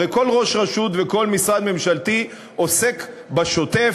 הרי כל ראש רשות וכל משרד ממשלתי עוסק בשוטף,